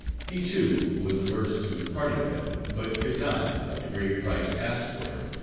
he, too, was averse to parting them, but could not, at the great price asked for him,